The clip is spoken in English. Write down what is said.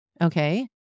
Okay